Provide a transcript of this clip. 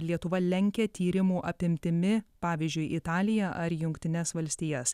lietuva lenkia tyrimų apimtimi pavyzdžiui italiją ar jungtines valstijas